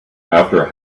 after